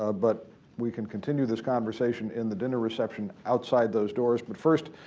ah but we can continue this conversation in the dinner reception outside those doors. but first,